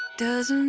does